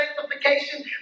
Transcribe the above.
sanctification